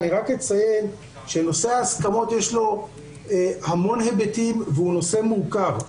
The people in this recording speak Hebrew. אני רק אציין שלנושא ההסכמות יש המון היבטים והוא נושא מורכב.